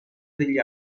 degli